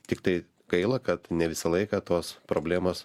tiktai gaila kad ne visą laiką tos problemos